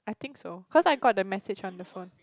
I think so cause I got the message on the phone